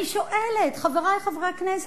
אני שואלת, חברי חברי הכנסת.